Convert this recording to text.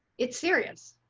it serious